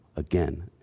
again